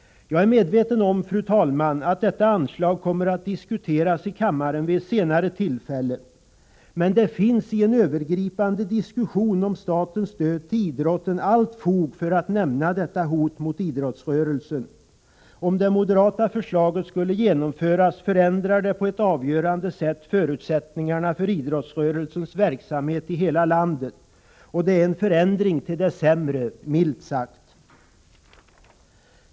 Jag är medveten om, fru talman, att detta anslag kommer att diskuteras i kammaren vid ett senare tillfälle. Men det finns i en övergripande diskussion om statens stöd till idrotten allt fog för att nämna detta hot mot idrottsrörelsen. Om det moderata förslaget skulle genomföras, förändrar det på ett avgörande sätt förutsättningarna för idrottsrörelsens verksamhet i hela landet, och det är en förändring till det sämre, milt sagt.